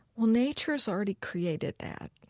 well, nature's already created that.